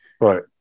right